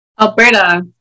Alberta